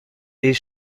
est